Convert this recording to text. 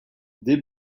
des